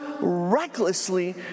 recklessly